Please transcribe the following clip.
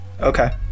Okay